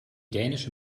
dänische